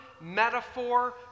metaphor